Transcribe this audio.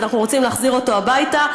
ואנחנו רוצים להחזיר אותו הביתה.